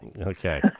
Okay